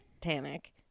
titanic